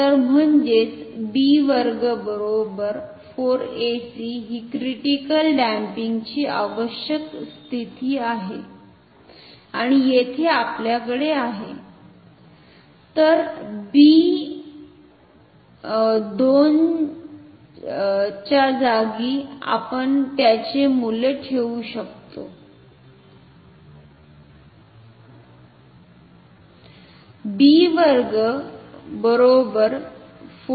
तर म्हणजेच b2 4 ac ही क्रिटिकल डॅम्पिंग ची आवश्यक स्थिती आहे आणि येथे आपल्याकडे आहे तर बी 2 च्या जागी आपण त्याचे मूल्य ठेवू शकतो